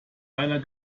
einer